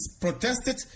protested